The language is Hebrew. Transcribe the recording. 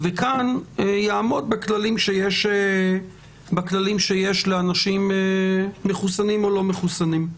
כאן הוא יעמוד בכללים שיש לאנשים מחוסנים או לא מחוסנים.